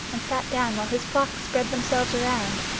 and sat down while his flocks spread themselves around.